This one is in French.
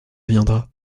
viendra